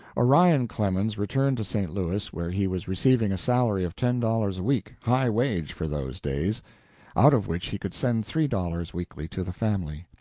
orion clemens returned to st. louis, where he was receiving a salary of ten dollars a week high wage for those days out of which he could send three dollars weekly to the family.